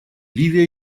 ливия